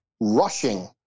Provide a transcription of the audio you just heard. rushing